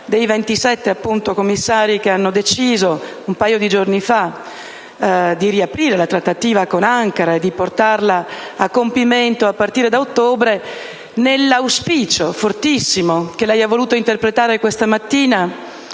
cui 27 commissari hanno deciso un paio di giorni fa di riaprire la trattativa con Ankara e di portarla a compimento a partire da ottobre, nell'auspicio fortissimo - che lei ha voluto interpretare questa mattina